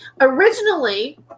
Originally